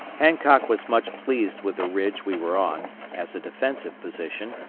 hancock was much pleased with the ridge we were on, as a defensive position,